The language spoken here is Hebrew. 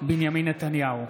בנימין נתניהו,